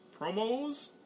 promos